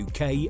UK